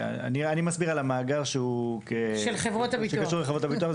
אני מסביר על המאגר שקשור לחברות הביטוח,